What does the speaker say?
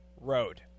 Road